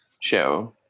show